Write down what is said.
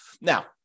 Now